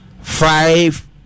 five